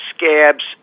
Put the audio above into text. Scabs